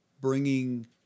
bringing